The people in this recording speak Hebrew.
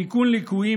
תיקון ליקויים,